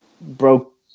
broke –